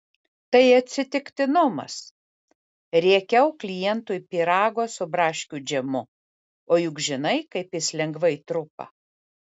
tai atsitiktinumas riekiau klientui pyrago su braškių džemu o juk žinai kaip jis lengvai trupa